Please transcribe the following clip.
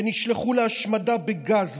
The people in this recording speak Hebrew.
שנשלחו להשמדה בגז,